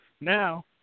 now